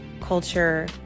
culture